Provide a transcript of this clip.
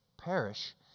perish